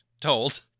told